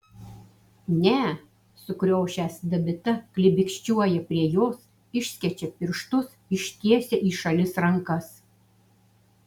ne sukriošęs dabita klibikščiuoja prie jos išskečia pirštus ištiesia į šalis rankas